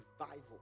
revival